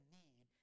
need